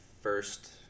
first